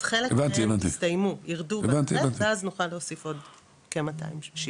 אז חלק מהן הסתיימו וירדו ואז נוכל להוסיף עוד כ-280.